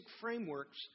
frameworks